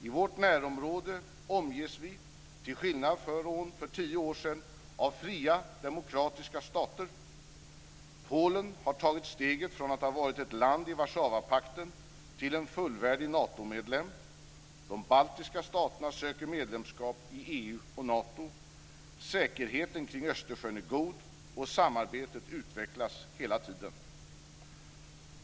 I vårt närområde omges vi, till skillnad från för tio år sedan, av fria demokratiska stater. Polen har tagit steget från att ha varit ett land i Warszawapakten till att bli en fullvärdig Natomedlem, de baltiska staterna söker medlemskap i EU och Nato, säkerheten kring Östersjön är god och samarbetet utvecklas hela tiden.